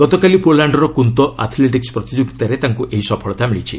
ଗତକାଲି ପୋଲାଣ୍ଡର କ୍ରନ୍ତୋ ଆଥ୍ଲେଟିକ୍ ପ୍ରତିଯୋଗିତାରେ ତାଙ୍କ ଏହି ସଫଳତା ମିଳିଛି